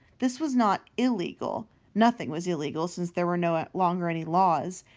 this was not illegal nothing was illegal, since there were no longer any laws,